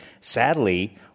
sadly